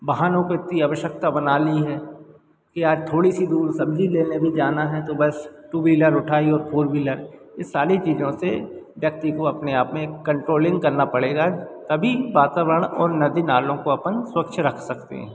वाहनों को इतनी अवश्यकता बना ली है कि यार थोड़ी सी दूर सब्ज़ी लेने भी जाना है तो बस टू व्हीलर उठाई और फोर व्हीलर यह सारी चीज़ों से व्यक्ति को अपने आप में एक कंट्रोलिंग करना पड़ेगा तभी वातावरण और नदी नालों को अपन स्वच्छ रख सकते हैं